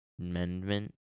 amendment